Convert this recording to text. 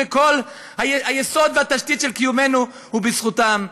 וכל היסוד והתשתית של קיומנו הם בזכותם.